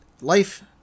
life